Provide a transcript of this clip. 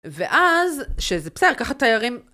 ואז, שזה בסדר, ככה תיירים.